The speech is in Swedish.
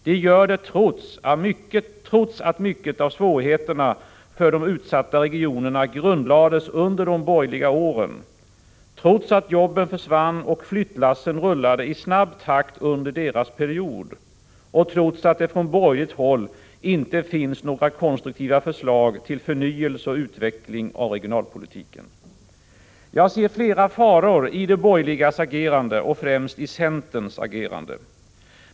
De gör det trots att mycket av svårigheterna för de utsatta regionerna grundlades under de borgerliga åren; trots att jobben försvann och flyttlassen rullade i snabb takt under deras period; trots att det från borgerligt håll inte finns några konstruktiva förslag till förnyelse och utveckling av regionalpolitiken. Jag ser flera faror i de borgerligas, och främst i centerns, agerande.